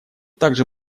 также